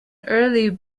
early